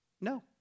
no